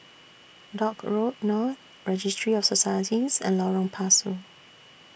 Dock Road North Registry of Societies and Lorong Pasu